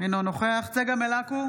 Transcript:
אינו נוכח צגה מלקו,